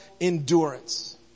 endurance